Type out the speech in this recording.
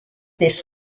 this